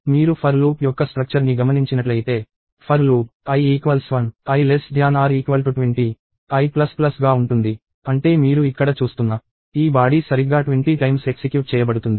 మీరు for loop యొక్క structure ని గమనించినట్లయితే for loop i1 i 20i గా ఉంటుంది అంటే మీరు ఇక్కడ చూస్తున్న ఈ బాడీ సరిగ్గా 20 సార్లు ఎక్సిక్యూట్ చేయబడుతుంది